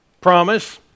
promise